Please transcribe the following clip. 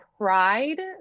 pride